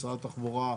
משרד התחבורה,